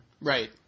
Right